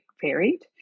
varied